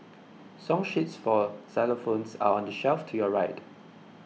song sheets for xylophones are on the shelf to your right